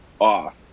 off